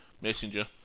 Messenger